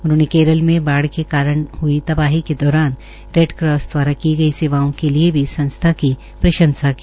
उन्होंने केरल में बाढ़ के कारण हई तबाही के दौरान रेडक्रॉस द्वारा की गई सेवाओं के लिए भी संस्था की प्रंशसा की